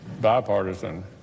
bipartisan